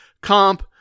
comp